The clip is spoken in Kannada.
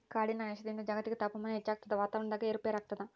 ಕಾಡಿನ ನಾಶದಿಂದ ಜಾಗತಿಕ ತಾಪಮಾನ ಹೆಚ್ಚಾಗ್ತದ ವಾತಾವರಣದಾಗ ಏರು ಪೇರಾಗ್ತದ